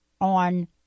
on